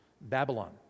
Babylon